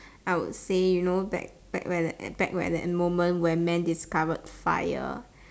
I would say you know back back where that back where that moment where men discovered fire